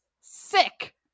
sick